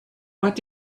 what